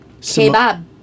kebab